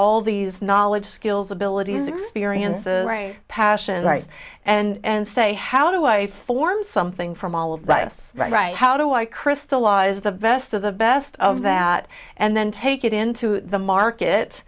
all these knowledge skills abilities experiences passions rights and say how do i form something from all of this right how do i crystallize the best of the best of that and then take it into the market